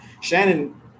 Shannon –